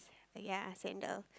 ya sandal